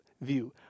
view